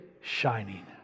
shining